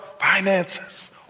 finances